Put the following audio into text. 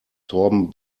torben